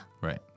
Right